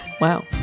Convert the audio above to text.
Wow